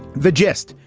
the gist?